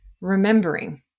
remembering